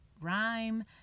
rhyme